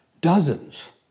dozens